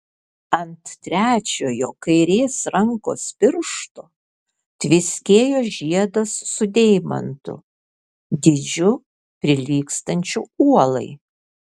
ant trečiojo kairės rankos piršto tviskėjo žiedas su deimantu dydžiu prilygstančiu uolai